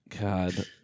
God